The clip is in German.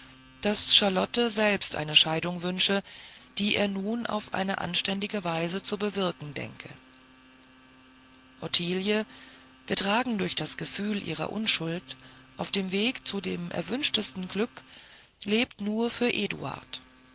daß charlotte selbst eine scheidung wünsche die er nun auf eine anständige weise zu bewirken denke ottilie getragen durch das gefühl ihrer unschuld auf dem wege zu dem erwünschtesten glück lebt nur für